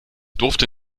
durfte